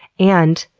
and,